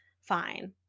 fine